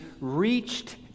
reached